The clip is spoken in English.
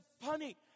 funny